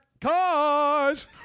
cars